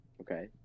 okay